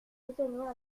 soutenir